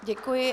Děkuji.